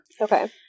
Okay